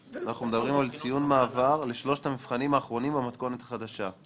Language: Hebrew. אנחנו מדברים על ציון מעבר לשלושת המבחנים האחרונים במתכונת החדשה.